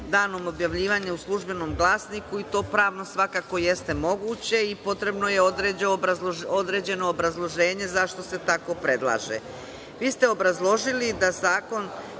danom objavljivanja u „Službenom glasniku“, i to pravno svakako jeste moguće i potrebno je određeno obrazloženje zašto se tako predlaže. Vi ste obrazložili da zakon